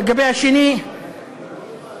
לגבי השני תראה את הכנסת הזאת.